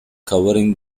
covering